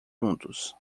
juntos